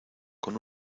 con